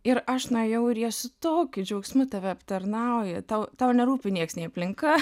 ir aš nuėjau ir jie su tokiu džiaugsmu tave aptarnauja tau tau nerūpi nieks nei aplinka